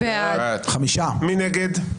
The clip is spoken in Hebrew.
מי נגד?